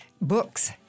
Books